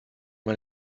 mal